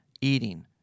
eating